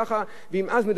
אז מדברים על שוויון לכול,